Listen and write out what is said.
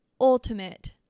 ultimate